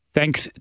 Thanks